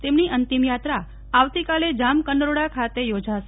તેમની અંતિમ યાત્રા આવતીકાલે જામકંડોરણા ખાતે યોજાશે